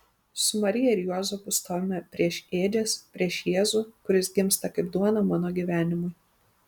su marija ir juozapu stovime prieš ėdžias prieš jėzų kuris gimsta kaip duona mano gyvenimui